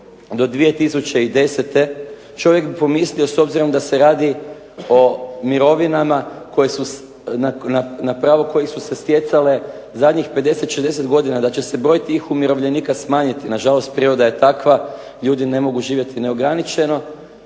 do 2010. čovjek bi pomislio s obzirom da se radi o mirovinama na pravo koji su se stjecale zadnjih 50, 60 godina da će se broj tih umirovljenika smanjiti. Na žalost, priroda je takva. Ljudi ne mogu živjeti neograničeno.